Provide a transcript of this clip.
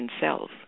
cells